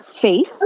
Faith